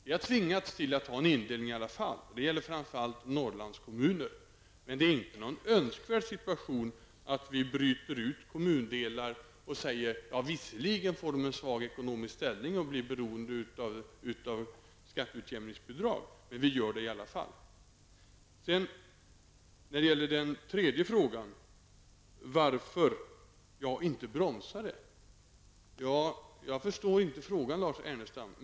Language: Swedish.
Vi har tvingats till en sådan indelning i alla fall. Det gäller framför allt Norrlandskommuner. Men det är inte en önskvärd situation att bryta ut kommundelar med motiveringen: Visserligen får de en svag ekonomisk ställning och blir beroende av skatteutjämningsbidraget, men vi gör det i alla fall. Vidare har vi den tredje frågan om varför jag inte har bromsat. Jag förstår inte frågan, Lars Ernestam.